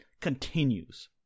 continues